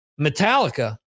Metallica